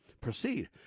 proceed